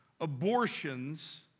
abortions